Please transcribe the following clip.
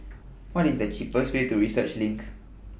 What IS The cheapest Way to Research LINK